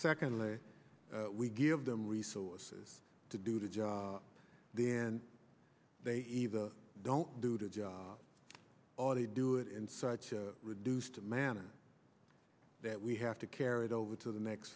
secondly we give them resources to do the job then they either don't do the job already do it in such a reduced a manner that we have to carry it over to the next